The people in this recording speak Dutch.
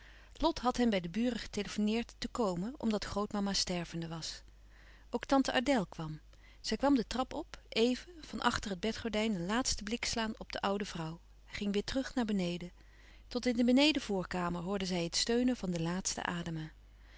lot had hen bij de buren getelefoneerd te komen omdat grootmama stervende was ook tante adèle kwam zij kwam de trap op even van achter het bedgordijn een laatsten blik slaan op de oude vrouw ging weêr terug naar beneden tot in de beneden voorkamer hoorde zij het steunen van de laatste ademen